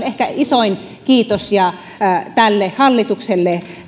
ehkä isoin kiitos tälle hallitukselle